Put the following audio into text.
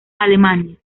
alemania